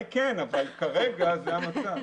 אבל כרגע זה המצב.